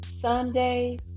Sunday